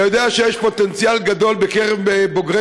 אתה יודע שיש פוטנציאל גדול בקרב בוגרי